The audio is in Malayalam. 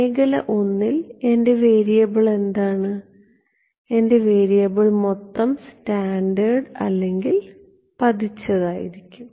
മേഖല I ൽ എന്റെ വേരിയബിൾ എന്താണ് എന്റെ വേരിയബിൾ മൊത്തം സ്കാറ്റേർഡ് അല്ലെങ്കിൽ പതിച്ചത് ഇരിക്കും